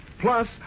Plus